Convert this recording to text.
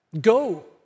Go